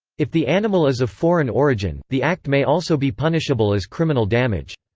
if the animal is of foreign origin, the act may also be punishable as criminal damage.